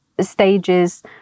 stages